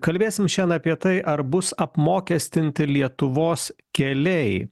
kalbėsim šiandien apie tai ar bus apmokestinti lietuvos keliai